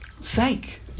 sake